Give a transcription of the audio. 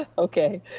ah okay,